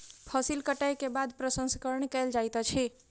फसिल कटै के बाद प्रसंस्करण कयल जाइत अछि